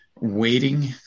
waiting